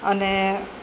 અને